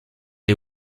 les